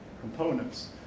components